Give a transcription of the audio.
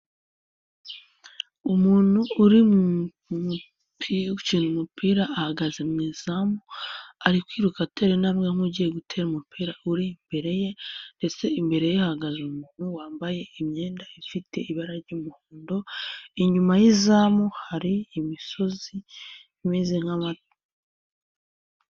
Umuntu uri gukina umupira ahagaze mu izamu ari kwiruka atera intambwe nk'ugiye gutera umupira uri imbere ye ndetse imbere ye hahagaze umuntu wambaye imyenda ifite ibara ry'umuhondo, inyuma y'izamu hari imisozi imeze nk'ama.